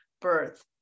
birth